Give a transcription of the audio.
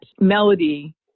melody